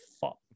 fuck